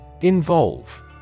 Involve